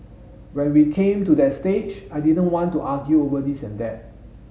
when we came to that stage I didn't want to argue over this and that